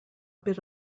bit